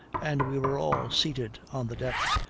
and we were all seated on the deck,